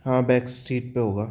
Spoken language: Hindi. हाँ बैक शीट पे होगा